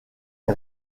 est